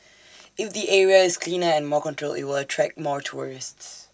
if the area is cleaner and more controlled IT will attract more tourists